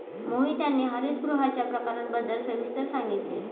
मोहित यांनी हरितगृहांच्या प्रकारांबद्दल सविस्तर सांगितले